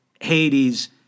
Hades